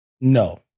No